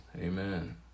Amen